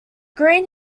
green